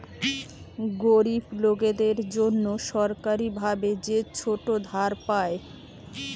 গরিব লোকদের জন্যে সরকারি ভাবে যে ছোট ধার পায়